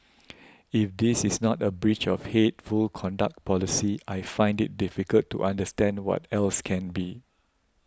if this is not a breach of hateful conduct policy I find it difficult to understand what else can be